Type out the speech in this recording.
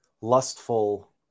lustful